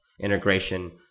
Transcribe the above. integration